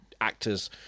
actors